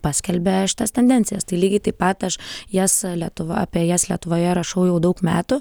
paskelbia šitas tendencijas tai lygiai taip pat aš jas lietuva apie jas lietuvoje rašau jau daug metų